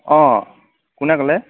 অঁ কোনে ক'লে